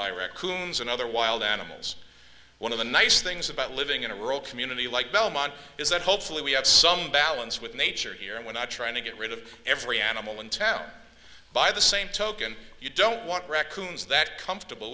red coons and other wild animals one of the nice things about living in a rural community like belmont is that hopefully we have some balance with nature here and we're not trying to get rid of every animal in town by the same token you don't want recommends that comfortable